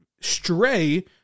stray